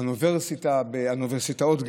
האוניברסיטאות,